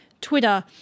Twitter